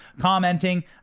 commenting